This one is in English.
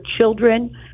children